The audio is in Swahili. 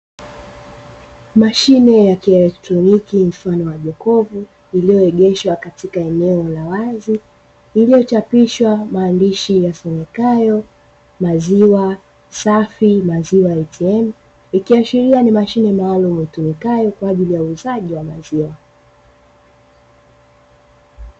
Mashine ya kielektroniki, mfano wa jokofu iliyoegeshwa katika eneo la wazi iliyochapishwa maandishi yasomekayo, "maziwa safi", "maziwa ATM" ikiashiria ni mashine maalum itumikayo kwa ajili ya uuzaji wa maziwa.